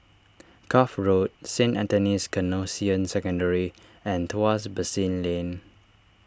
Cuff Road Saint Anthony's Canossian Secondary and Tuas Basin Lane